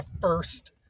first